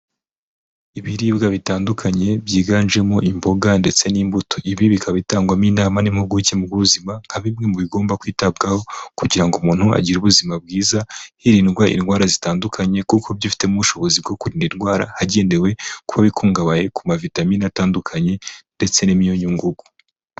Ibiribwa bitandukanye byiganjemo imboga ndetse n'imbuto. Ibi bikaba bitangwamo inama n'impuguke mu by'ubuzima nka bimwe mu bigomba kwitabwaho kugira ngo umuntu agire ubuzima bwiza, hirindwa indwara zitandukanye kuko byifitemo ubushobozi bwo kurinda indwara, hagendewe kuba bikungahaye ku mavitamini atandukanye ndetse n'imyunyu ngugu.